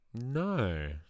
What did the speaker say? No